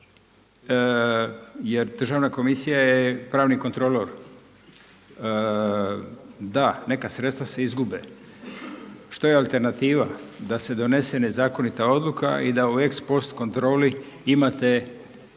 jer državna komisija je pravni kontrolor. Da, neka sredstva se izgube. Što je alternativa? Da se donese nezakonita odluka i u da ex post kontroli imate